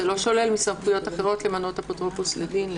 זה לא שולל מסמכויות אחרות למנות אפוטרופוס לדין.